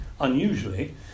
unusually